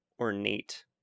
ornate